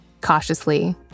cautiously